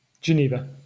Geneva